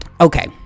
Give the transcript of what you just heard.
okay